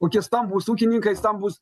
kokie stambūs ūkininkai stambūs